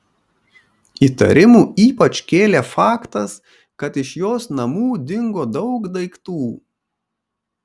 įtarimų ypač kėlė faktas kad iš jos namų dingo daug daiktų